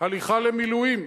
הליכה למילואים,